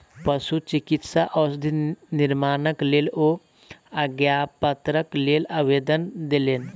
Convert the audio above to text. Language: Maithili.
पशुचिकित्सा औषधि निर्माणक लेल ओ आज्ञापत्रक लेल आवेदन देलैन